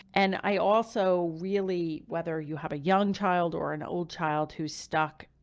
and i also really, whether you have a young child or an old child who's stuck,